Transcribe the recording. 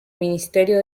ministerio